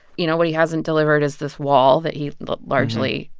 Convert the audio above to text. you know, what he hasn't delivered is this wall that he largely,